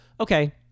okay